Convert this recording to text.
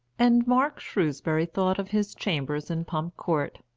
and mark shrewsbury thought of his chambers in pump court,